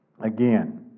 again